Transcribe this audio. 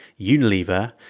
Unilever